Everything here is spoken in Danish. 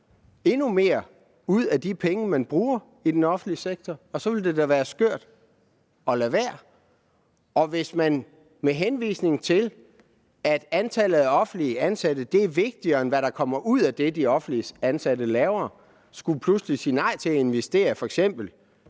endnu mere ud af de penge, man bruger i den offentlige sektor, og så ville det da være skørt at lade være. Og hvis man med henvisning til, at antallet af offentligt ansatte er vigtigere, end hvad der kommer ud af det, de offentligt ansatte laver, og så pludselig skulle sige nej til at investere i f.eks.